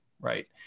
right